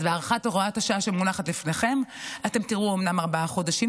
אז בהארכת הוראת השעה שמונחת לפניכם אתם תראו אומנם ארבעה חודשים,